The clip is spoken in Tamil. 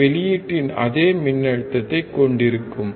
இது வெளியீட்டின் அதே மின்னழுத்தத்தைக் கொண்டிருக்கும்